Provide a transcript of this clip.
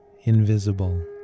invisible